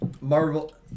Marvel